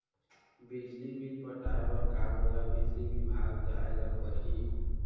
बिजली बिल पटाय बर का मोला बिजली विभाग जाय ल परही?